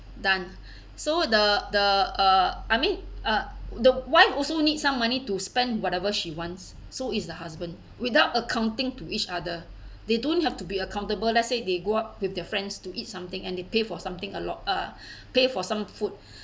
done so the the uh I mean uh the wife also need some money to spend whatever she wants so is the husband without accounting to each other they don't have to be accountable let's say they go out with their friends to eat something and they pay for something a lot uh pay for some food